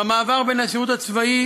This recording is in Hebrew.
במעבר בין השירות הצבאי,